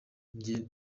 njye